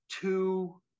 two